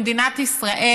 במדינת ישראל